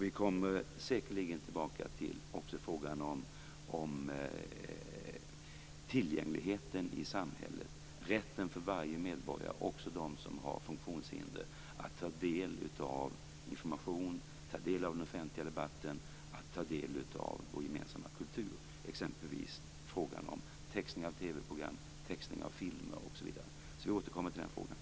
Vi kommer säkerligen också tillbaka till frågan om tillgängligheten i samhället och rätten för varje medborgare, också de som har funktionshinder, att ta del av information, den offentliga debatten och vår gemensamma kultur. Då handlar det t.ex. om frågan om textning av TV-program, filmer osv. Den frågan återkommer vi till.